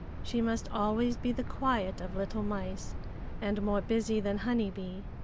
she must always be the quiet of little mice and more busy than honey-bee.